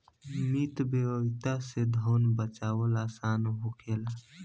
मितव्ययिता से धन बाचावल आसान होखेला